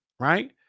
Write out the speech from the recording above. right